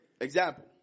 example